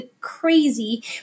crazy